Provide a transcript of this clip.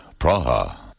Praha. (